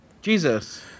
Jesus